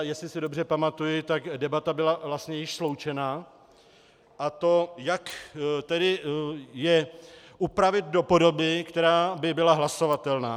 Jestli si dobře pamatuji, tak debata byla vlastně již sloučená, a to jak tedy je upravit do podoby, která by byla hlasovatelná.